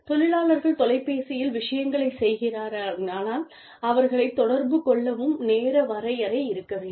தொழிலாளர்கள் தொலைபேசியில் விஷயங்களைச் செய்கிறார்களானால் அவர்களை தொடர்பு கொள்ளவும் நேர வரைமுறை இருக்க வேண்டும்